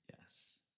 Yes